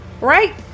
right